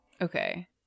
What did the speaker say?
Okay